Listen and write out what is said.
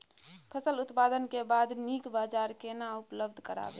फसल उत्पादन के बाद नीक बाजार केना उपलब्ध कराबै?